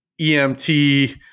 EMT